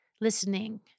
listening